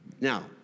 Now